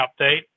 update